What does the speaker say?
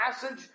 passage